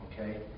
Okay